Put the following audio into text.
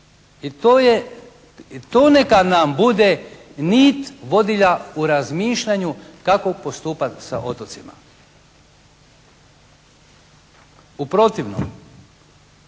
I to neka nam bude nit vodilja u razmišljanju kako postupat sa otocima. U protivnom